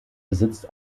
besitzt